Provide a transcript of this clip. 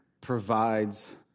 provides